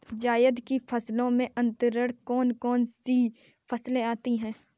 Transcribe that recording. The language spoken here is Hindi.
जायद की फसलों के अंतर्गत कौन कौन सी फसलें आती हैं?